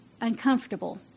uncomfortable